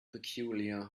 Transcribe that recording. peculiar